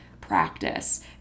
practice